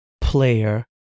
player